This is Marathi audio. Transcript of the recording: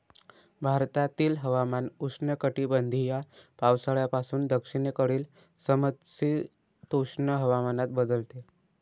भारतातील हवामान उष्णकटिबंधीय पावसाळ्यापासून दक्षिणेकडील समशीतोष्ण हवामानात बदलते